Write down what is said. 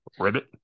Ribbit